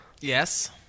Yes